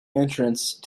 entrance